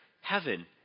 heaven